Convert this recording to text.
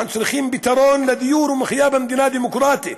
אנחנו צריכים פתרון דיור ומחיה במדינה דמוקרטית.